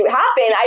happen